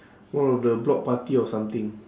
one of the block party or something